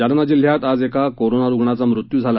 जालना जिल्ह्यात आज एका कोरोना रुग्णाचा मृत्यू झाला